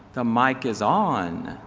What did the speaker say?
the mic is on.